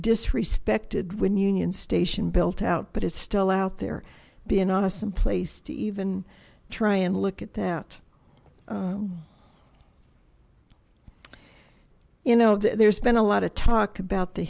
disrespected when union station built out but it's still out there be an awesome place to even try and look at that you know there's been a lot of talk about the